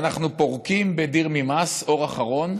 אנחנו פורקים בדיר מימאס, אור אחרון,